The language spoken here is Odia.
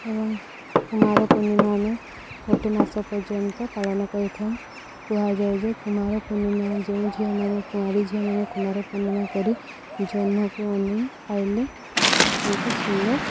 ଏବଂ କୁମାର ପୂର୍ଣ୍ଣିମା ଆମେ ଗୋଟେ ମାସ ପର୍ଯ୍ୟନ୍ତ ପାଳନ କରିଥାଉ କୁହାଯାଏ ଯେ କୁମାର ପୂର୍ଣ୍ଣିମା ଯେଉଁ ଝିଅମାନେ କୁଆଁରୀ ଝିଅମାନେ କୁମାର ପୂର୍ଣ୍ଣିମା କରି ଜହ୍ମକୁ ଅନେଇ ଖାଇଲେ ତାଙ୍କୁ ସୁନ୍ଦର